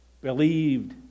believed